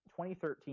2013